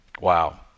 Wow